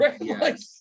right